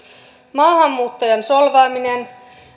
maahanmuuttajan solvaaminen